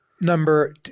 number